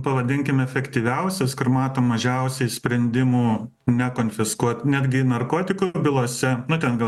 pavadinkim efektyviausias kur matom mažiausiai sprendimų nekonfiskuot netgi narkotikų bylose nu ten gal